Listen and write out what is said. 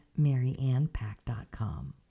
MaryAnnPack.com